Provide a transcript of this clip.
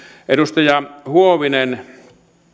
edustaja huovinen